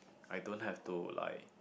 I don't have to like